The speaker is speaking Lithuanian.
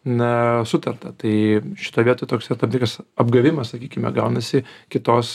na sutarta tai šitoj vietoj toks yra tam tikras apgavimas sakykime gaunasi kitos